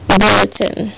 bulletin